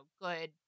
good